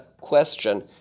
question